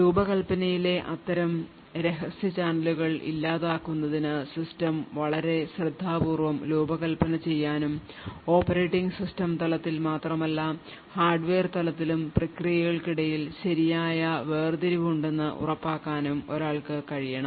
രൂപകൽപ്പനയിലെ അത്തരം രഹസ്യ ചാനലുകൾ ഇല്ലാതാക്കുന്നതിന് സിസ്റ്റം വളരെ ശ്രദ്ധാപൂർവ്വം രൂപകൽപ്പന ചെയ്യാനും ഓപ്പറേറ്റിംഗ് സിസ്റ്റം തലത്തിൽ മാത്രമല്ല ഹാർഡ്വെയർ തലത്തിലും പ്രക്രിയകൾക്കിടയിൽ ശരിയായ വേർതിരിവ് ഉണ്ടെന്ന് ഉറപ്പാക്കാനും ഒരാൾക്ക് കഴിയണം